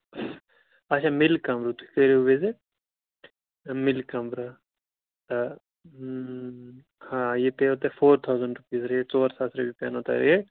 اچھا میلہِ کَمرٕ تُہۍ کٔرِو وِزِٹ میلہِ کَمرٕ آ ہاں یہِ پیَوٕ تۅہہِ فور تھوزنٛٹ رُپیٖز ریٚٹ ژور ساس پٮ۪نو تۅہہِ ریٚٹ